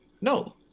no